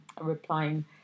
replying